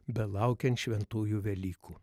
belaukiant šventųjų velykų